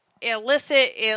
illicit